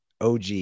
OG